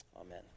Amen